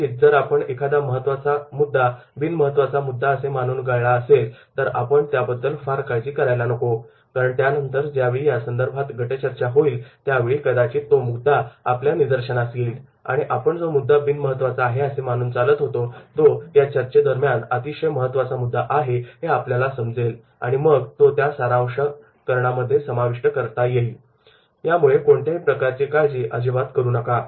कदाचित जर आपण एखादा महत्त्वाचा मुद्दा बिन महत्त्वाचा मुद्दा असे मानून गाळला असेल तर आपण त्याबद्दल फार काळजी करायला नको कारण त्यानंतर ज्यावेळी यासंदर्भात गटचर्चा होईल त्यावेळी कदाचित तो मुद्दा आपल्या निदर्शनास येईल आणि आपण जो मुद्दा बिन महत्त्वाचा आहे असे मानून चालत होतो तो या चर्चेदरम्यान अतिशय महत्त्वाचा मुद्दा आहे हे आपल्याला समजेल आणि मग तो त्या सारांश यामध्ये समाविष्ट करता येईल त्यामुळे कोणत्याही प्रकारची काळजी अजिबात करू नका